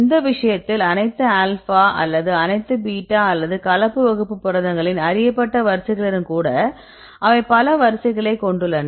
இந்த விஷயத்தில் அனைத்து ஆல்பா அல்லது அனைத்து பீட்டா அல்லது கலப்பு வகுப்பு புரதங்களின் அறியப்பட்ட வரிசைகளுடன் கூட அவை பல வரிசைகளைக் கொண்டுள்ளன